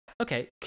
Okay